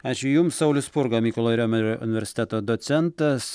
ačiū jums saulius spurga mykolo riomerio universiteto docentas